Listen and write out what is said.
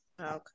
okay